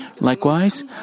Likewise